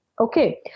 Okay